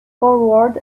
forward